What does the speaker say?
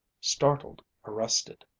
startled, arrested.